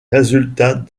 résultats